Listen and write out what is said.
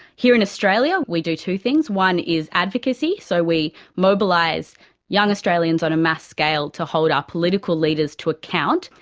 here in australia we do two things. one is advocacy. so we mobilise young australians on a mass scale to hold our political leaders to account.